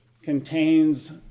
contains